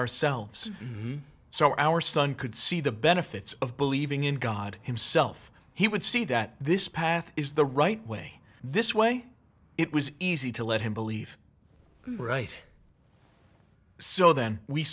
ourselves so our son could see the benefits of believing in god himself he would see that this path is the right way this way it was easy to let him believe right so then we